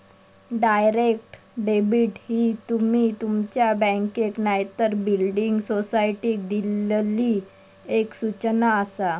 direct debit ही तुमी तुमच्या बँकेक नायतर बिल्डिंग सोसायटीक दिल्लली एक सूचना आसा